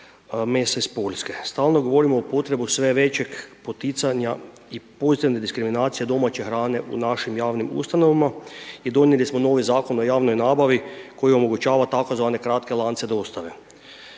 mesa iz Poljske, stalno govorimo o potrebu sve većeg poticanja i pozitivne diskriminacije domaće hrane u našim javnim ustanovama i donijeli smo novi Zakon o javnoj nabavi koji omogućava tzv. kratke lance dostave.